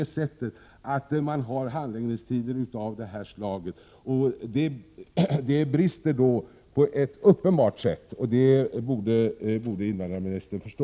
Handläggningstiderna får inte vara så långa. Det brister på ett uppenbart sätt, och det borde invandrarministern förstå.